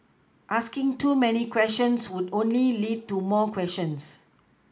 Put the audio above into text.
asking too many questions would only lead to more questions